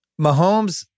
Mahomes